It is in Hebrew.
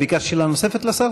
ביקשת שאלה נוספת לשר?